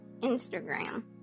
Instagram